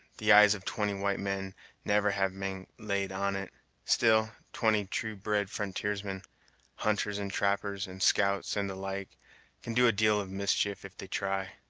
the eyes of twenty white men never having laid on it still, twenty true-bred frontiersmen hunters and trappers, and scouts, and the like can do a deal of mischief if they try.